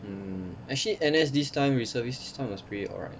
hmm actually N_S this time reservist this time was pretty alright